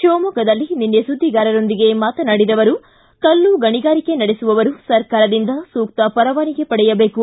ಶಿವಮೊಗ್ಗದಲ್ಲಿ ನಿನ್ನೆ ಸುದ್ದಿಗಾರರೊಂದಿಗೆ ಮಾತನಾಡಿದ ಅವರು ಕಲ್ಲು ಗಣಿಗಾರಿಕೆ ನಡೆಸುವವರು ಸರ್ಕಾರದಿಂದ ಸೂಕ್ತ ಪರವಾನಗಿ ಪಡೆಯಬೇಕು